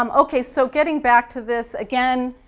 um okay, so getting back to this again,